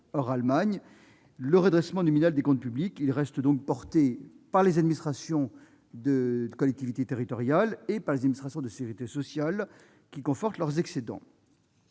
Le redressement nominal des comptes publics demeure porté par les collectivités territoriales et les administrations de sécurité sociale qui confortent leurs excédents.